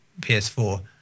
ps4